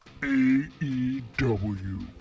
AEW